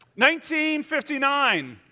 1959